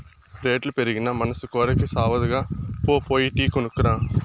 రేట్లు పెరిగినా మనసి కోరికి సావదుగా, పో పోయి టీ కొనుక్కు రా